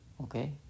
Okay